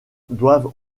doivent